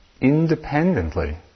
independently